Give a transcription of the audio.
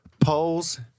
polls